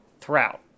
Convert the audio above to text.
throughout